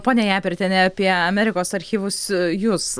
ponia japertiene apie amerikos archyvus jūs